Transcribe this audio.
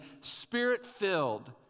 Spirit-filled